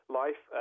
life